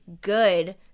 good